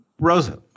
Rosa